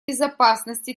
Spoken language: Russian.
безопасности